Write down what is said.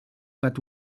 but